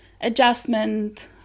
adjustment